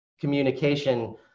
communication